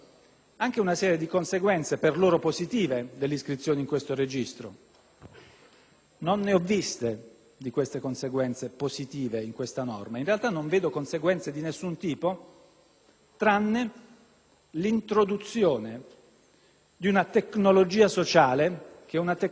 Non ho visto conseguenze positive in questa norma. In realtà non vedo conseguenze di nessun tipo, tranne l'introduzione di una tecnologia sociale che è una tecnologia di puro controllo, anche qui metafora di una società del chiavistello.